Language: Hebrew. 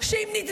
זה הזמן